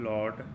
Lord